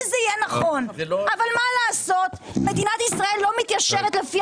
זה יהיה נכון אבל מה לעשות מדינת ישראל לא מתיישרת לפי